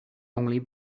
only